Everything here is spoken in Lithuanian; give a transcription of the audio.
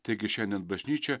taigi šiandien bažnyčia